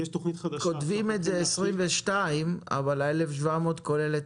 כותבים את זה לשנת 22 אבל ה-1,700 כולל את